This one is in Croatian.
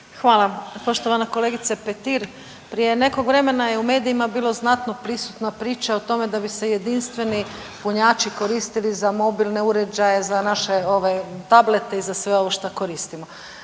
Hvala. Poštovana kolegice Petir prije nekog vremena je u medijima bilo znatno prisutna priča o tome da bi se jedinstveni punjači koristili za mobilne uređaje, za naše tablete i za sve ovo što koristimo